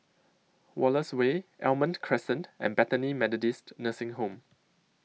Wallace Way Almond Crescent and Bethany Methodist Nursing Home